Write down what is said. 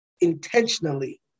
intentionally